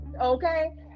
Okay